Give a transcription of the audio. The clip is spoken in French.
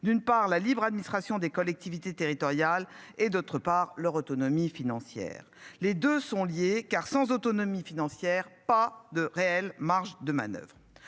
D'une part la libre administration des collectivités territoriales et d'autre part leur autonomie financière. Les 2 sont liés, car sans autonomie financière. Pas de réelle marge de manoeuvre